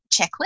checklist